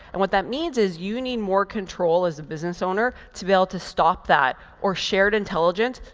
and what that means is you need more control as a business owner to be able to stop that, or shared intelligence,